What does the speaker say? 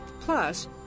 Plus